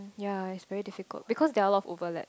ya it's very difficult because there are a lot of overlap